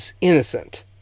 innocent